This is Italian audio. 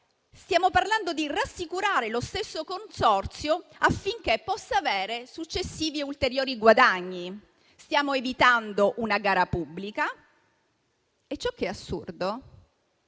Stiamo parlando di rassicurare lo stesso consorzio, affinché possa avere successivi e ulteriori guadagni. Stiamo evitando una gara pubblica e - cosa assurda